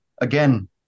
again